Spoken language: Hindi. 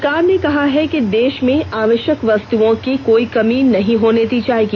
सरकार ने कहा है कि देश में आवश्यक वस्तओं की कोई कमी नहीं होने दी जाएगी